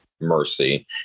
mercy